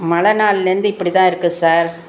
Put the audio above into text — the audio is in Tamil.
மழை நாள்லேருந்து இப்படி தான் இருக்குது சார்